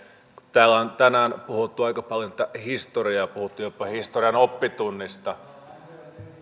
täällä on tänään puhuttu aika paljon historiaa puhuttu jopa historian oppitunnista